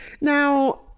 now